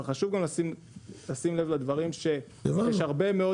אבל חשוב גם לשים לב לדברים שיש הרבה מאוד